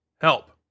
help